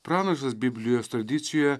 pranašas biblijos tradicijoje